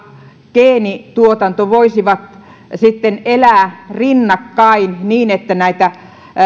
geenituotanto voisivat elää rinnakkain niin että näitä